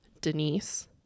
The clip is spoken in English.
Denise